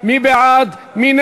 93 בעד, אין